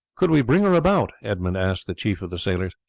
could we bring her about? edmund asked the chief of the sailors.